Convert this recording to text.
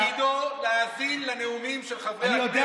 תפקידו להאזין לנאומים של חברי הכנסת ולכבד את,